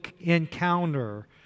encounter